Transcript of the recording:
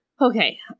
Okay